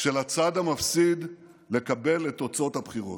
של הצד המפסיד לקבל את תוצאות הבחירות.